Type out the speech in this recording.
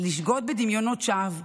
לשגות בדמיונות שווא,